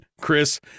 Chris